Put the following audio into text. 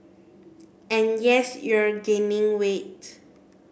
and yes you're gaining weight